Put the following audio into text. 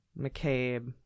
McCabe